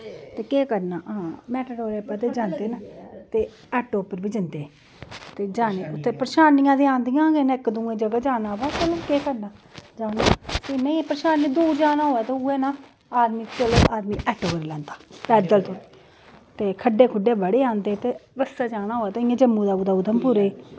ते केह् करना हां मैटाडोरे उप्पर ते जंदे न ते आटो उप्पर बी जंदे ते जाने कुत्थै परेशानियां ते औंदियां गै न इक दूए जगह् जाना व भला केह् करना जाना पौंदा नेईं परेशानियां दूर जाना होऐ ते उ'ऐ न आदमी चलो आटो करी लैंदा पैदल तो खड्डे खुड्डे बड़े औंदे ते बस्से च आना होऐ ते इ'यां जम्मू दा कुतै ऊधमपुरे